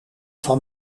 van